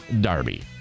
Darby